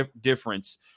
difference